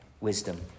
wisdom